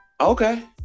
Okay